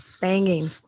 banging